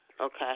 Okay